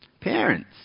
Parents